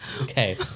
okay